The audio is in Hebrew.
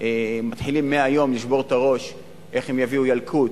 מתחילים מהיום לשבור את הראש איך הם יביאו ילקוט,